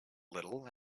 little